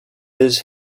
his